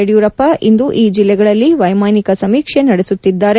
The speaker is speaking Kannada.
ಯಡಿಯೂರಪ್ಪ ಇಂದು ಈ ಜಿಲ್ಲೆಗಳಲ್ಲಿ ವೈಮಾನಿಕ ಸಮೀಕ್ಷೆ ನಡೆಸುತ್ತಿದ್ದಾರೆ